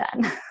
done